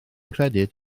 credyd